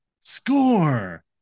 Score